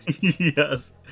Yes